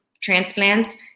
transplants